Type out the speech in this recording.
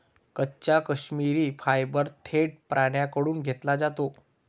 कच्चा काश्मिरी फायबर थेट प्राण्यांकडून घेतला जातो